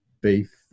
beef